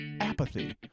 apathy